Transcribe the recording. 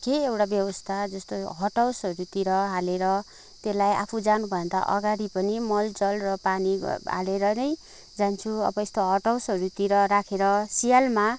केही एउटा व्यवस्था जस्तो हट हाउसहरूतिर हालेर त्यसलाई आफू जानुभन्दा अगाडि पनि मल जल र पानी हालेर नै जान्छु अब यस्तो हट हाउसतिर राखेर सिँयालमा